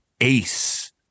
ace